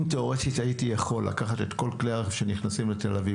אם תיאורטית הייתי יכול לקחת את כל כלי הרכב שנכנסים לתל אביב